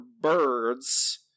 birds